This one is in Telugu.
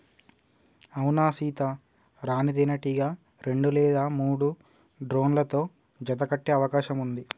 అవునా సీత, రాణీ తేనెటీగ రెండు లేదా మూడు డ్రోన్లతో జత కట్టె అవకాశం ఉంది